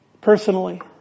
Personally